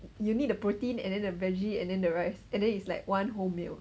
you need the protein and then the veggie and then the rice and then it's like one whole meal